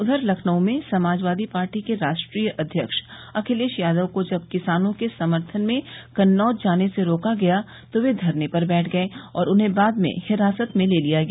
उधर लखनऊ में समाजवादी पार्टी के राष्ट्रीय अध्यक्ष अखिलेश यादव को जब किसानों के समर्थन में कन्नौज जाने से रोका गया तो वे धरने पर बैठ गये और बाद में उन्हें हिरासत में ले लिया गया